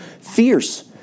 fierce